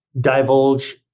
divulge